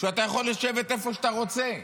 שאתה יכול לשבת איפה שאתה רוצה.